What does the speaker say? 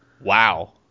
wow